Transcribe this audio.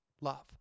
love